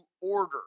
order